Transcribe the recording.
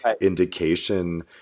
indication